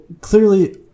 clearly